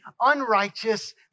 unrighteous